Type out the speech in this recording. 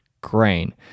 grain